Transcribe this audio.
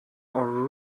our